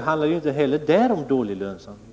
handlar det om dålig lönsamhet.